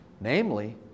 Namely